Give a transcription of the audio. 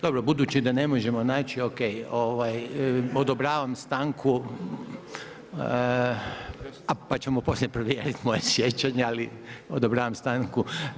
Dobro, budući da ne možemo naći, O.K, odobravam stanku, pa ćemo poslije provjeriti moje sjećanje ali odobravam stanku.